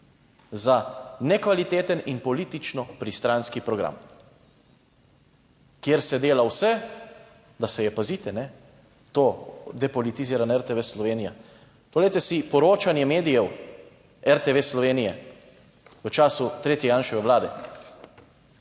Za nekvaliteten in politično pristranski program, kjer se dela vse, da se je, pazite, kajne, to, depolitizirana RTV Slovenija. Poglejte si poročanje medijev RTV Slovenija v času tretje Janševe Vlade.